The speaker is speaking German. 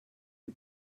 die